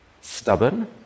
stubborn